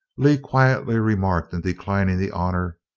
lee quietly remarked in declining the honor,